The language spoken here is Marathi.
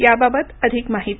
याबाबत अधिक माहिती